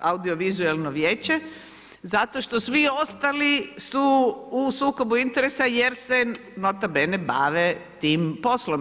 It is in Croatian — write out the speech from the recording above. audiovizualno vijeće zato što svi ostali su u sukobu interesa jer se nota bene bave tim poslom.